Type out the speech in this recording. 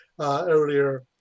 earlier